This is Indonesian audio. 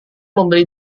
membeli